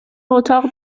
اتاق